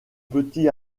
petits